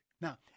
Now